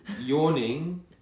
yawning